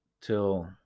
till